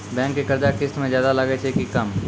Bank के कर्जा किस्त मे ज्यादा लागै छै कि कम?